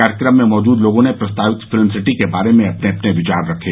कार्यक्रम में मौजूद लोगों ने प्रस्तावित फिल्म सिटी के बारे में अपने अपने विचार रखें